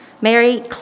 Mary